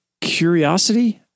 curiosity